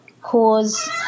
cause